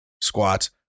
squats